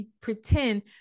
pretend